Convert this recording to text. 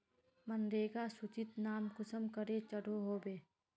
मनरेगा सूचित नाम कुंसम करे चढ़ो होबे?